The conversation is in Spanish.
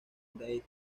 day